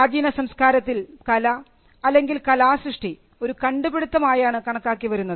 പ്രാചീന സംസ്കാരത്തിൽ കല അല്ലെങ്കിൽ കലാസൃഷ്ടി ഒരു കണ്ടുപിടുത്തം ആയാണ് കണക്കാക്കി വരുന്നത്